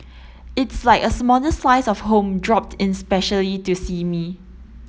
it's like a small slice of home dropped in specially to see me